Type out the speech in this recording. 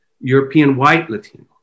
European-White-Latino